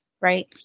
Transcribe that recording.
right